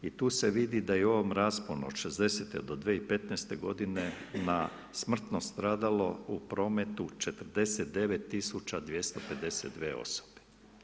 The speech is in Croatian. I tu se vidi da je u ovom rasponu od '60. do 2015. godine smrtno stradalo u prometu 49.252 osobe.